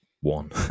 one